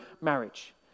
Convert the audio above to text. marriage